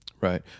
Right